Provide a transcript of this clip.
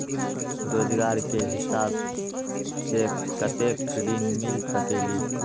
रोजगार के हिसाब से कतेक ऋण मिल सकेलि?